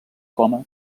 coma